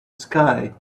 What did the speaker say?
sky